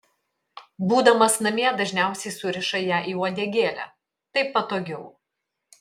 būdamas namie dažniausiai suriša ją į uodegėlę taip patogiau